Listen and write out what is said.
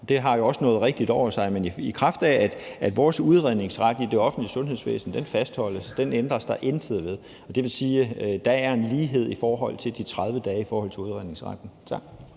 køen, har jo også noget rigtigt over sig, men i kraft af at vores udredningsret i det offentlige sundhedsvæsen kan fastholdes, og at der ikke ændres noget ved den, så er der en lighed i forhold til retten til at blive udredt inden for